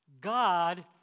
God